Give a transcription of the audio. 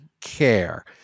care